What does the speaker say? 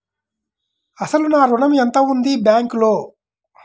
అసలు నా ఋణం ఎంతవుంది బ్యాంక్లో?